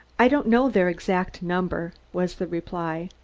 i don't know their exact number, was the reply.